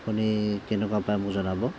শুনি কেনেকুৱা পাই মোক জনাব